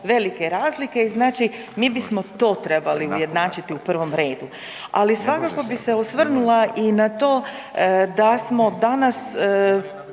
velike razlike. Znači mi bismo to trebali ujednačiti u provom redu. Ali svakako bi se osvrnula i na to da smo danas